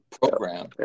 program